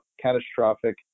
catastrophic